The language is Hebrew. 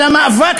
על המאבק,